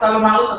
רוצה לומר לך,